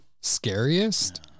Scariest